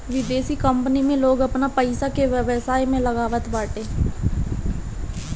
विदेशी निवेश में लोग अपनी पईसा के व्यवसाय में लगावत बाटे